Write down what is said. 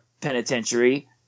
Penitentiary